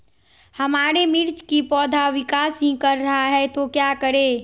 हमारे मिर्च कि पौधा विकास ही कर रहा है तो क्या करे?